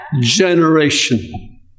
generation